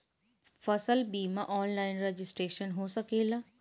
फसल बिमा online registration हो सकेला?